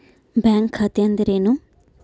Bank ಖಾತೆ ಅಂದರೆ ಏನು?